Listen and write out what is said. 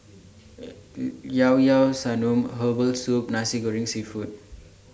Llao Llao Sanum Herbal Soup Nasi Goreng Seafood